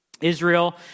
Israel